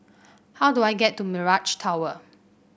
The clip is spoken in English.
how do I get to Mirage Tower